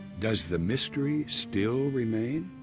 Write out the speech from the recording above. does the mystery still remain?